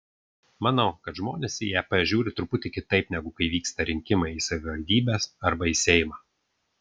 manau kad žmonės į ep žiūri truputį kitaip negu kai vyksta rinkimai į savivaldybes arba į seimą